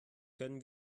können